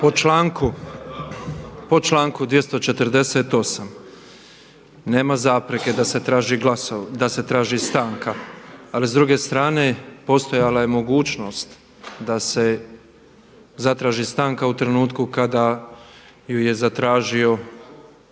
Po članku 248. nema zapreke da se traži stanka, ali s druge strane postojala je mogućnost da se zatraži stanka u trenutku kada ju je zatražio